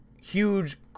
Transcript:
huge